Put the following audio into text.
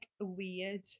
weird